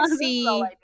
see